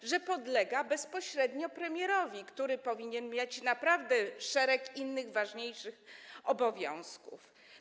W takiej, że podlega bezpośrednio premierowi, który powinien mieć naprawdę szereg innych ważniejszych obowiązków.